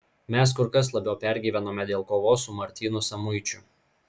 mes kur kas labiau pergyvenome dėl kovos su martynu samuičiu